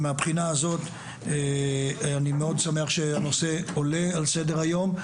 מהבחינה הזאת אני מאוד שמח שהנושא עולה על סדר-היום.